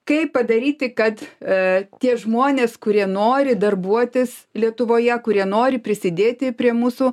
kaip padaryti kad a tie žmonės kurie nori darbuotis lietuvoje kurie nori prisidėti prie mūsų